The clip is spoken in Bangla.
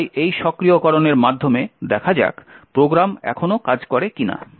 তাই এই সক্রিয়করণের মাধ্যমে দেখা যাক প্রোগ্রাম এখনও কাজ করে কিনা